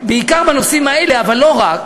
בעיקר בנושאים האלה, אבל לא רק,